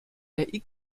der